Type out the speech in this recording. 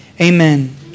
Amen